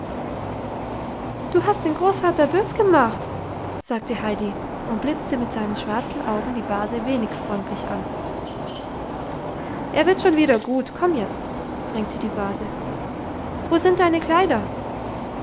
du hast den großvater bös gemacht sagte heidi und blitzte mit seinen schwarzen augen die base wenig freundlich an er wird schon wieder gut komm jetzt drängte die base wo sind deine kleider